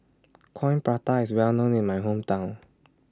Coin Prata IS Well known in My Hometown